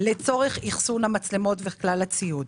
לצורך אחסון המצלמות וכלל הציוד.